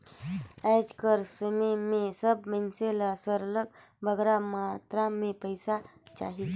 आएज कर समे में सब मइनसे ल सरलग बगरा मातरा में पइसा चाही